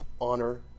Honor